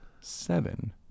seven